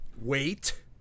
wait